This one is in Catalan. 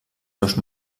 seus